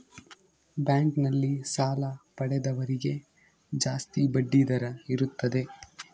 bank ನಲ್ಲಿ ಸಾಲ ಪಡೆದವರಿಗೆ ಜಾಸ್ತಿ ಬಡ್ಡಿ ದರ ಇರುತ್ತದೆ